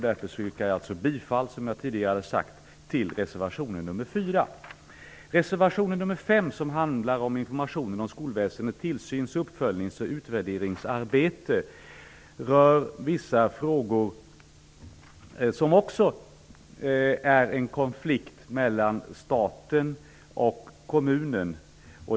Därför yrkar jag alltså bifall till reservation nr 4. Reservation nr 5 handlar om informationen om skolväsendet, tillsyns-, uppföljnings och utvärderingsarbete. Den rör vissa frågor som också står i konflikt mellan staten och kommunerna.